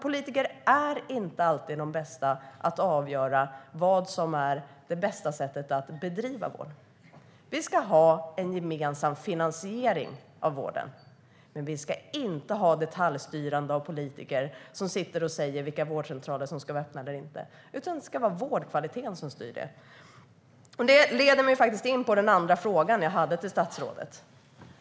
Politiker är nämligen inte alltid de bästa att avgöra vilket som är det bästa sättet att bedriva vård. Vi ska ha en gemensam finansiering av vården, men vi ska inte ha detaljstyrande av politiker som sitter och säger vilka vårdcentraler som ska vara öppna eller inte. Det ska i stället vara vårdkvaliteten som styr det. Det leder mig in på min andra fråga till statsrådet.